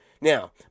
Now